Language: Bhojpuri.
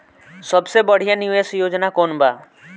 सबसे बढ़िया निवेश योजना कौन बा?